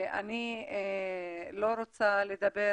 אני רוצה לדבר